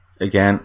again